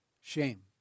Shame